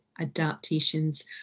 adaptations